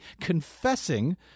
confessing